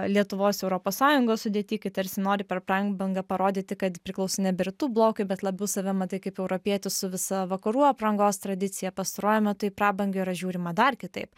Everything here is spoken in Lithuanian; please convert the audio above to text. lietuvos europos sąjungos sudėty kai tarsi nori per prabangą parodyti kad priklauso nebe rytų blokui bet labiau save matai kaip europietį su visa vakarų aprangos tradicija pastaruoju metu į prabangą yra žiūrima dar kitaip